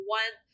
one